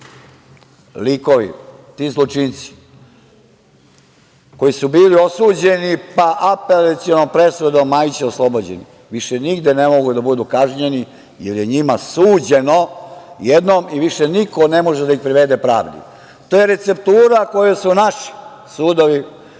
likovi, ti zločinci koji su bili osuđeni, pa apelacionom presudom Majića oslobođeni, više nigde ne mogu da budu kažnjeni, jer je njima suđeno jednom i više niko ne može da ih privede pravdi. To je receptura koju su naši sudovi